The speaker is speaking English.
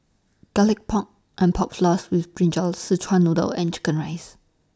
Garlic Pork and Pork Floss with Brinjal Sichuan Noodle and Chicken Rice